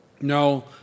No